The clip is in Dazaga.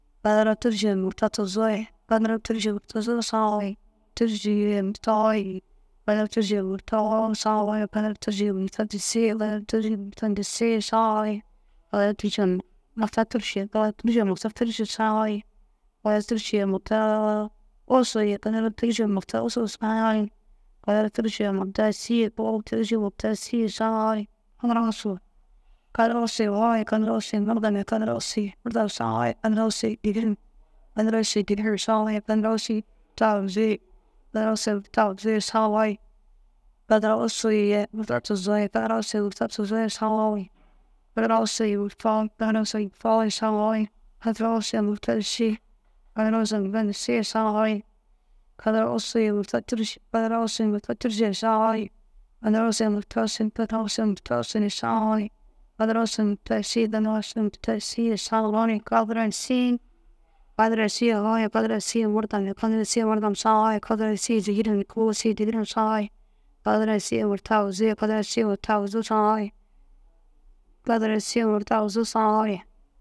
Kadara tûrusuu ye murta tuzoo ye kadara tûrusuu murta tuzoo ye saã foo ye kadara tûrusuu ye murta foo ye kadara ye murta foo ye saã foo kadara tûrusuu ye murta disii ye kadara tûrusuu disii ye saã foo ye kadara tûrusuu ye murta tûrusuu ye kadara tûrusuu ye murta tûrusuu ye saã foo kadara tûrusuu ye murta wussu ye kadara tûrusuu ye murta wussu ye saã foo kadara tûrusuu ye murta yîsii ye kadara tûrusuu ye murta yîsii ye saã foo ye. Kadara wussu kadara wussu ye saã foo ye kadara wussu ye murdom ye kadara wussu ye murdom saã foo ye kadara wussu ye dîgirem ye kadara wussu ye dîgirem saã foo ye kadara wussu ye murta aguzuu ye kadara wussu ye murta aguzuu ye sa foo ye kadara wussu murta tuzoo ye kadara wussu ye murta tuzoo ye saã foo kadara wussu ye murta foo ye kadara wussu ye murta foo ye saã foo kadara wussu ye murta disii ye kadara wussu ye murta disii ye saã foo kadara wussu ye murta tûrusuu ye kadara wussu ye murta tûrusu saã foo ye kadara wussu ye murta wussu kadara wussu ye murta wussu ye saã foo kadara wussu ye murta yîsii kadara wussu ye murta yîsii sa foo. Kadara yîsii kadara yîsii ye foo ye kadara yîsii ye murdom ye kadara yîsii ye murdom saã foo kadara yîsii ye dîgirem ye kadara yîsii ye dîgirem saã foo ye kadara yîsii ye murta aguzuu ye kadara yîsii ye murta aguzuu ye saã foo ye kadara yîsii murta aguzuu saã foo ye.